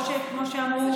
או שכמו שאמרו,